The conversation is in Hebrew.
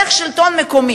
איך שלטון מקומי,